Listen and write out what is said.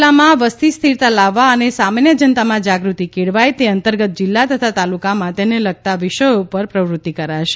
જિલ્લામાં વસ્તી સ્થિરતા લાવવા અને સામાન્ય જનતામાં જાગૃત્તિ કેળવાય તે અંતર્ગત જિલ્લા તથા તાલુકામાં તેને લગતાં વિષયો પર પ્રવૃત્તિઓ કરાશે